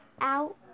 out